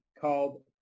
called